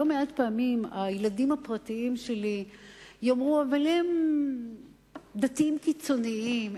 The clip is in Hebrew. לא מעט פעמים הילדים הפרטיים שלי יאמרו: אבל הם דתיים קיצוניים,